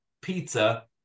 pizza